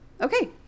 Okay